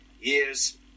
years